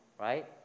right